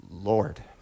Lord